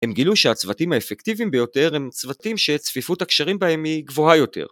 ‫הם גילו שהצוותים האפקטיביים ביותר ‫הם צוותים שצפיפות הקשרים בהם היא גבוהה יותר.